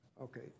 Okay